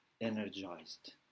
energized